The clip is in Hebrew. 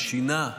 זה שינה,